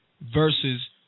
versus